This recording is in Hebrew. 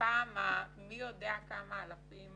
בפעם המי יודע כמה אלפים